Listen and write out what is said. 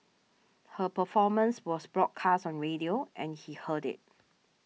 her performance was broadcast on radio and he heard it